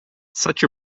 such